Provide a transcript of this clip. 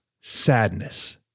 sadness